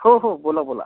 हो हो बोला बोला